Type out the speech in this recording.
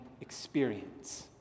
experience